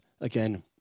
again